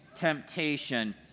temptation